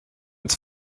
its